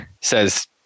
says